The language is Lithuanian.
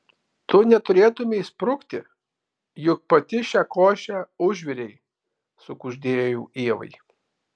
tu neturėtumei sprukti juk pati šią košę užvirei sukuždėjau ievai